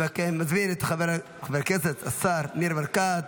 אני מזמין את השר ניר ברקת